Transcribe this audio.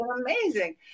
amazing